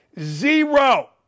zero